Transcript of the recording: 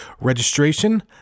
registration